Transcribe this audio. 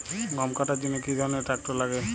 গম কাটার জন্য কি ধরনের ট্রাক্টার লাগে?